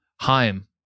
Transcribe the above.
Heim